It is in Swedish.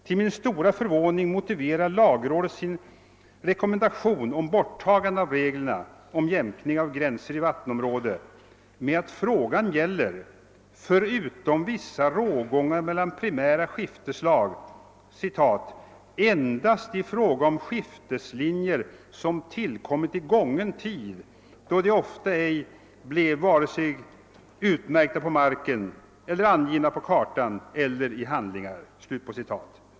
Till min stora förvåning motiverar lagrådet sin rekommendation till borttagande av reglerna om jämkning av gräns i vattenområde med att frågan gäller, förutom vissa rågångar mellan primära skifteslag »endast i fråga om skifteslinjer som tillkommit i gången tid, då de ofta ej blev vare sig utmärkta på marken eller angivna på kartan eller i handlingar«.